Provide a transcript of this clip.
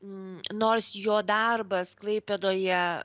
nors jo darbas klaipėdoje